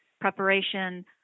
preparation